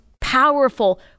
powerful